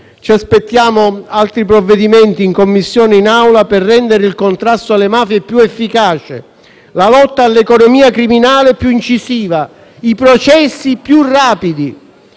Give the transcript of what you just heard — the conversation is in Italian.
ci aspettiamo altri provvedimenti in Commissione e in Assemblea per rendere il contrasto alle mafie più efficace, la lotta all'economia criminale più incisiva e i processi più rapidi.